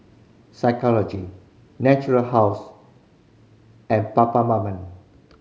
Physiogel Natura House and Peptamen